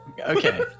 Okay